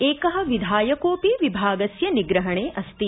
एक विधायकोपि विभागस्य निग्रहणे अस्ति